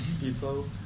people